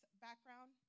background